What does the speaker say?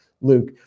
Luke